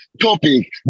topic